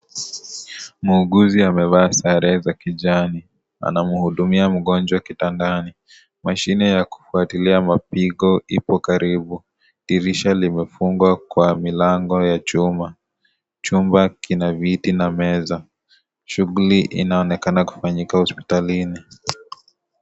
Muuguzi amevaa sare za kijani. Anamhudumia mgonjwa kitandani. Mashine ya kufuatilia mapigo ipo karibu. Dirisha limefungwa kwa milango ya chuma. Chumba kina viti na meza. Shughuli inaonekana kufanyika hospitalini.